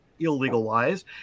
illegalized